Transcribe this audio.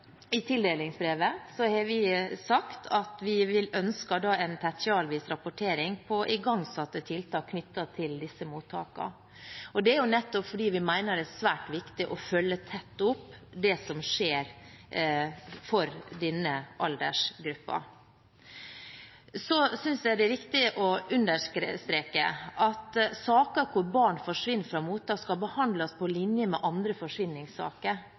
i tildelingsbrevet har sagt at vi ønsker en tertialvis rapportering på igangsatte tiltak knyttet til disse mottakene. Det er nettopp fordi vi mener det er svært viktig å følge tett opp det som skjer for denne aldersgruppen. Jeg synes det er viktig å understreke at saker hvor barn forsvinner fra mottak, skal behandles på lik linje med andre forsvinningssaker.